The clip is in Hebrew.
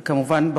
וכמובן,